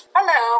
Hello